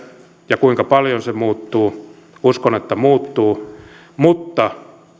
ja kuinka paljon se muuttuu uskon että muuttuu mutta